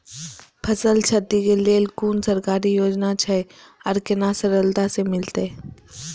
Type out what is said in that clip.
फसल छति के लेल कुन सरकारी योजना छै आर केना सरलता से मिलते?